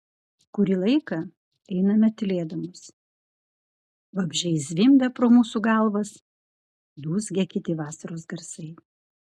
kurį laiką einame tylėdamos vabzdžiai zvimbia pro mūsų galvas dūzgia kiti vasaros garsai